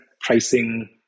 pricing